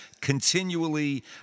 continually